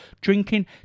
drinking